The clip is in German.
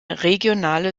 regionale